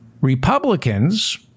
Republicans